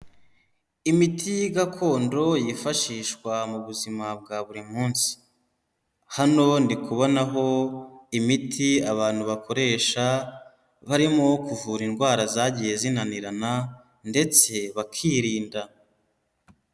Imiti gakondo yifashishwa mu buzima bwa buri munsi, hano ndi kubonaho imiti abantu bakoresha barimo kuvura indwara zagiye zinanirana ndetse bakirinda.